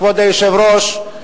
כבוד היושב-ראש,